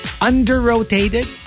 under-rotated